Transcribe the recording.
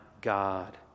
God